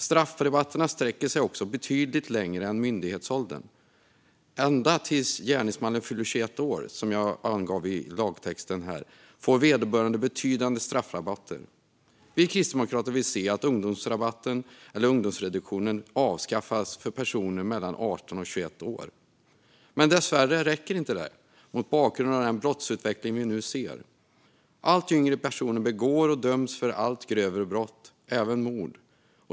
Straffrabatterna sträcker sig också betydligt längre än myndighetsåldern. Ända tills gärningsmannen fyller 21, vilket jag angav tidigare, får vederbörande betydande straffrabatter. Vi kristdemokrater vill att ungdomsreduktionen avskaffas för personer som är mellan 18 och 21 år. Men dessvärre räcker inte det, mot bakgrund av den brottsutveckling vi nu ser. Allt yngre personer begår och döms för allt grövre brott, även mord.